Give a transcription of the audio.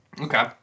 Okay